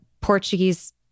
Portuguese